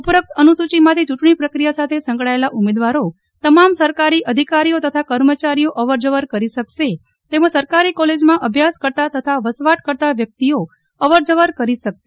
ઉપરોકત અનુસૂચિમાંથી ચૂંટણી પ્રક્રિયા સાથે સંકળાયેલા ઉમેદવારો તમામ સરકારી અધિકારીઓ તથા કર્મચારીઓ અવર જવર કરી શકશે તેમજ સરકારી કોલેજમાં અભ્યાસ કરતા તથા વસવાટ કરતા વ્યકિતઓ અવર જવર કરી શકશે